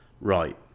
Right